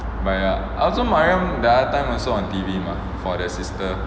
but ya I saw mariam that time also on T_V mah for the sister